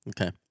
Okay